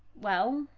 well,